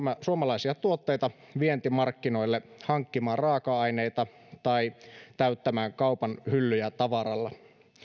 suomalaisia tuotteita vientimarkkinoille hankkimaan raaka aineita tai täyttämään kaupan hyllyjä tavaralla